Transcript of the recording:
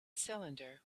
cylinder